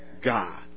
God